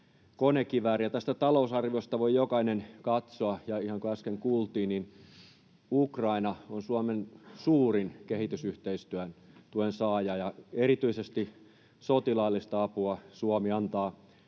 konekivääriä. Tästä talousarviosta voi jokainen katsoa, ihan niin kuin äsken kuultiin, että Ukraina on Suomen suurin kehitysyhteistyötuen saaja, ja erityisesti sotilaallista apua Suomi antaa